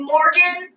Morgan